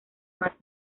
más